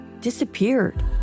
disappeared